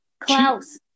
klaus